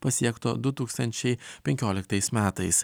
pasiekto du tūkstančiai penkioliktais metais